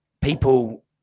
people